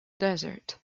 desert